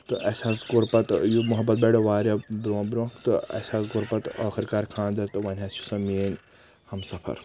تہٕ اسہِ حظ کوٚر پتۍ یہِ محبت بڑٮ۪و واریاہ برونٛہہ برونٛہہ تہٕ اسہِ حظ کوٚر پتہٕ ٲخر کار خانٛدر تہٕ وۄنۍ حظ چھِ سۄ میٲنۍ ہم سفر